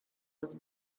was